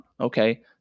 okay